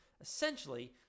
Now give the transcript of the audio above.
essentially